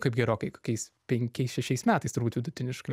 kaip gerokai kokiais penkiais šešiais metais turbūt vidutiniškai